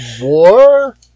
War